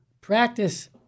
practice